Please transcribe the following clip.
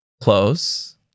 Close